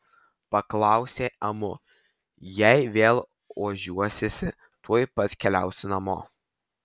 paklausė amu jei vėl ožiuosiesi tuoj pat keliausi namo